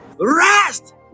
rest